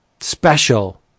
special